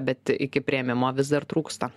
bet iki priėmimo vis dar trūksta